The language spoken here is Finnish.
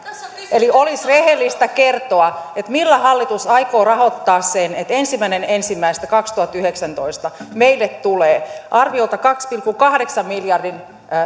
eli olisi rehellistä kertoa millä hallitus aikoo rahoittaa sen että ensimmäinen ensimmäistä kaksituhattayhdeksäntoista meille tulee arviolta kahden pilkku kahdeksan miljardin